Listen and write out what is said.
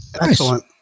excellent